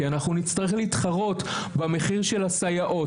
כי אנחנו נצטרך להתחרות במחיר של הסייעות.